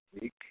week